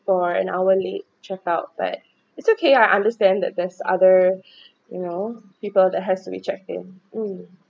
for an hour late check out but it's okay I understand that there's other you know people that has to be check in mm